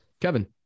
Kevin